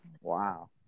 Wow